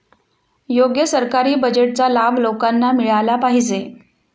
योग्य सरकारी बजेटचा लाभ लोकांना मिळाला पाहिजे